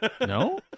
no